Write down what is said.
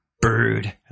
bird